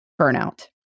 Burnout